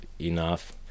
enough